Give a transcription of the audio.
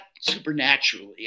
supernaturally